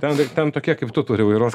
ten tai ten tokie kaip tu turi vairuot